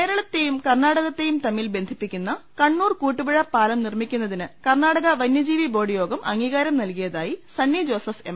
കേരളത്തെയും കർണാടകത്തെയും തമ്മിൽ ബന്ധിപ്പിക്കുന്ന കണ്ണൂർ കൂട്ടുപുഴ പാലം നിർമ്മിക്കുന്നതിന് കർണാടക വനൃ ജീവി ബോർഡ് യോഗം അംഗീകാരം നൽകിയതായി സണ്ണി ജോസഫ് എം